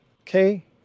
Okay